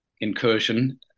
incursion